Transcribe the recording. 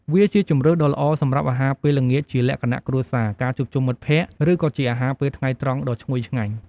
វាជាជម្រើសដ៏ល្អសម្រាប់អាហារពេលល្ងាចជាលក្ខណៈគ្រួសារ ការជួបជុំមិត្តភក្តិ ឬក៏ជាអាហារពេលថ្ងៃត្រង់ដ៏ឈ្ងុយឆ្ងាញ់។